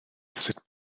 sut